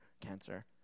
cancer